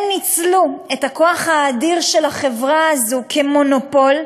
הם ניצלו את הכוח האדיר של החברה הזאת כמונופול,